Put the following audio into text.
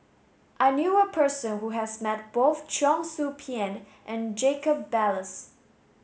I knew a person who has met both Cheong Soo Pieng and Jacob Ballas